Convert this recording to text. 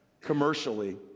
commercially